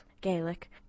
Gaelic